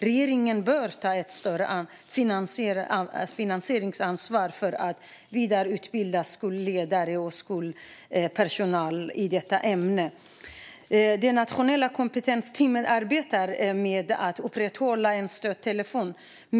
Regeringen bör ta ett större finansieringsansvar för att vidareutbilda skolledare och personal i detta ämne. Det nationella kompetensteamet arbetar med att upprätthålla en stödtelefon.